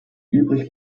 übrig